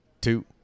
two